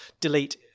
delete